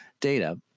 data